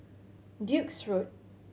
Duke's Road